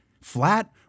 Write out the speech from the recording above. flat